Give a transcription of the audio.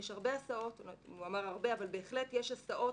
יש הרבה הסעות הוא לא אמר הרבה אבל בהחלט יש הסעות